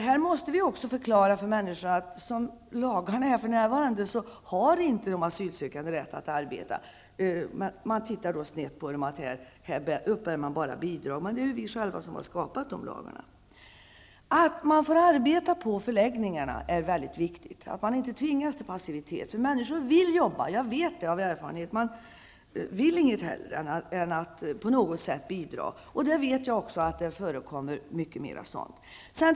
Här måste vi också förklara för människor att som lagarna för närvarande är utformade har de asylsökande inte rätt att arbeta. Man tittar snett på dem för att de bara uppbär bidrag. Men det är vi själva som har skapat de lagarna. Att man får arbeta på förläggningarna är mycket viktigt, att man inte tvingas till passivitet. Människor vill jobba. Jag vet det av erfarenhet. Man vill inget hellre än att på något sätt bidra. Jag vet också att det förekommer mycket mer sådant nu.